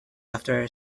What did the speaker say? after